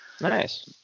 nice